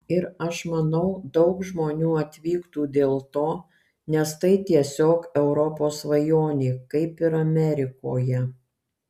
ir aš manau daug žmonių atvyktų dėl to nes tai tiesiog europos svajonė kaip ir amerikoje